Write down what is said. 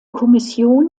kommission